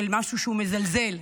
של משהו שהוא מזלזל,